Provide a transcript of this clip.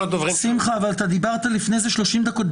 שמחה, אבל אתה דיברת לפני זה 30 דקות.